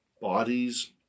bodies